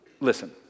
Listen